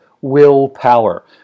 willpower